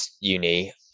uni